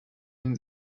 den